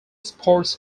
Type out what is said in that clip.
sports